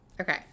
Okay